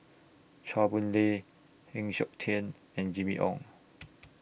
Chua Boon Lay Heng Siok Tian and Jimmy Ong